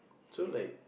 so like